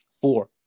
Four